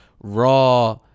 raw